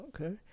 Okay